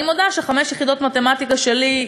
אני מודה שחמש יחידות המתמטיקה שלי,